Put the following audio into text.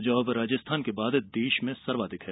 जो अब राजस्थान के बाद देश में सर्वाधिक है